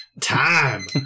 Time